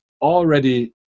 already